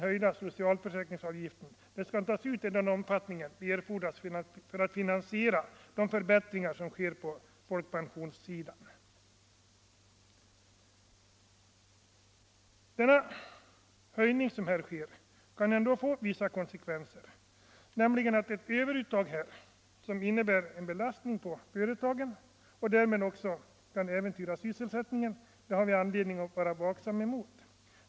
Höjd socialförsäkringsavgift skall tas ut endast i den omfattning som erfordras för att finansiera förbättringar i fråga om folkpensionen m.m. Den föreslagna höjningen av arbetsgivaravgiften kan också medföra vissa konsekvenser. Ett ”överuttag” som innebär en belastning på företagen och som därmed kan äventyra sysselsättningen har vi all an ledning att vara vaksamma mot.